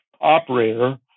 operator